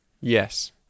Yes